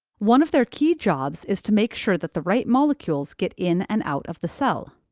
one of their key jobs is to make sure that the right molecules get in and out of the cell.